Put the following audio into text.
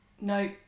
no